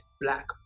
black